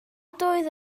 doedd